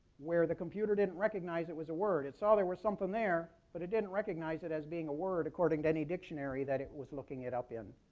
where the computer didn't recognize it was a word. it saw there was something there, but it didn't recognize it as being a word according to any dictionary that was looking it up in.